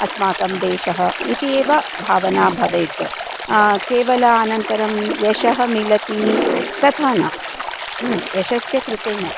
अस्माकं देशः इति एव भावना भवेत् केवलम् अनन्तरं यशः मिलति तथा न ह्म यशस्य कृते न